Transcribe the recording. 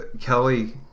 Kelly